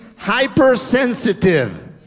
hypersensitive